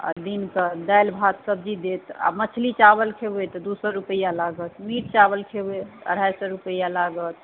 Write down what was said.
और दिनकऽ खाली भात सब्जी देत आ मछली चावल खेबै तऽ दू सए रुपैआ लागत मीट चावल खेबै तऽ अढ़ाई सए रुपैआ लागत